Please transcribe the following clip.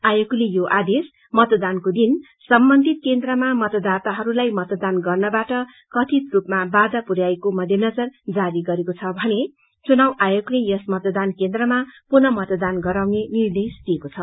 आयोगले यो आदेश मतदानको दिन सम्बन्धित केन्द्रमा मतदाताहरूलाई मतदान गर्नबाट कथित रूपमा रोकिएको मध्येनजर जारी गरेको छ भने चुनाउ आयोगले यस मतदान केन्द्रमा पुर्नः मतदान गराउने निर्देश दिइएको छ